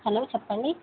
hello చెప్పండి